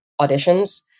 auditions